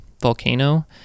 volcano